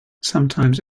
sometimes